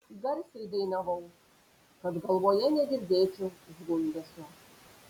garsiai dainavau kad galvoje negirdėčiau zvimbesio